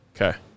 Okay